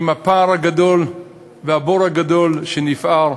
עם הפער הגדול והבור הגדול שנפער.